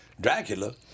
Dracula